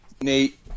Nate